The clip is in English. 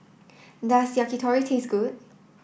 does Yakitori taste good